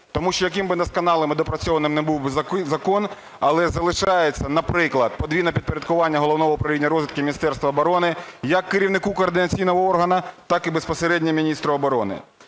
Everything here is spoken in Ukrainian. Тому що яким би досконалим і доопрацьованим не був би закон, але залишається, наприклад, подвійне підпорядкування Головного управління розвідки Міністерства оборони як керівнику координаційного органу, так і безпосередньо міністру оборони.